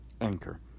Anchor